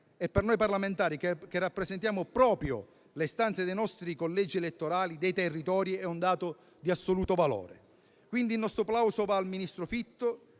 e per noi parlamentari che rappresentiamo proprio le istanze dei nostri collegi elettorali dei territori è un dato di assoluto valore. Il nostro plauso va quindi al ministro Fitto